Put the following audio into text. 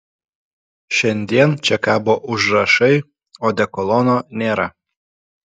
šiandien čia kabo užrašai odekolono nėra